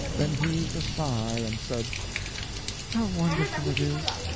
then heaved a sigh and said how wonderful it is!